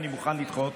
אני מוכן לדחות,